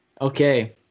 okay